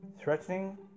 Threatening